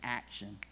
action